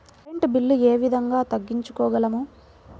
Current bill ఏ విధంగా తగ్గించుకోగలము?